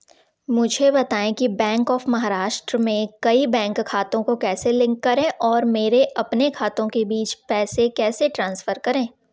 मुझे बताएँ कि बैंक ऑफ़ महाराष्ट्र में कई बैंक खातों को कैसे लिंक करें और मेरे अपने खातों के बीच पैसे कैसे ट्रांसफ़र करें